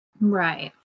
Right